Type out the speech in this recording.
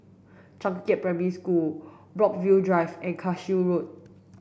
Changkat Primary School Brookvale Drive and Cashew Road